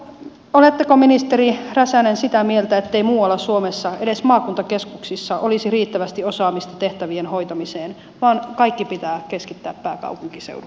oletteko ministeri räsänen sitä mieltä ettei muualla suomessa edes maakuntakeskuksissa olisi riittävästi osaamista tehtävien hoitamiseen vaan kaikki pitää keskittää pääkaupunkiseudulle